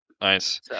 nice